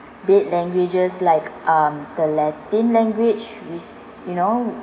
dead languages like um the latin language is you know